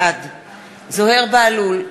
בעד זוהיר בהלול,